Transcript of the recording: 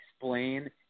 explain